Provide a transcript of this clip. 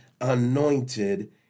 anointed